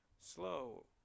slow